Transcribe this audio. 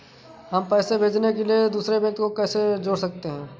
हम पैसे भेजने के लिए दूसरे व्यक्ति को कैसे जोड़ सकते हैं?